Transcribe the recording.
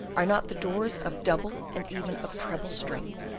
are not the doors of double and even of treble strength,